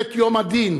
מלחמת יום הדין,